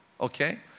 okay